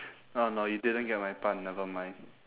ah no you didn't get my pun never mind